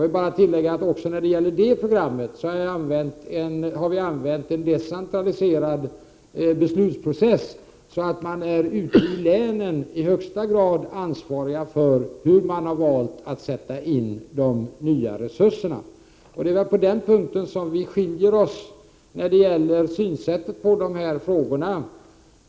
Jag vill tillägga att vi även när det gäller det här programmet har tillämpat en decentraliserad beslutsprocess, så man är ute i länen i högsta grad ansvarig för hur man har valt att sätta in de nya resurserna. Det är väl på den punkten som synsätten skiljer sig.